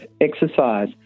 exercise